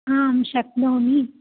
आं शक्नोमि